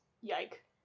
Yike